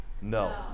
no